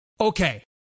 Okay